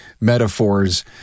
metaphors